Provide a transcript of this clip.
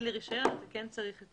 לעבור מהיתר זמני לרישיון, כן צריך את